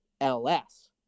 LS